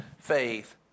Faith